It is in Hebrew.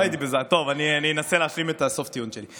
טוב, אני אנסה להשלים את סוף הטיעון שלי.